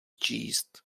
číst